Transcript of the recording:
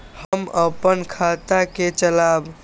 हम अपन खाता के चलाब?